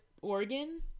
Oregon